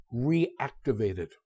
reactivated